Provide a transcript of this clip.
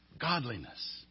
godliness